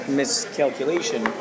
miscalculation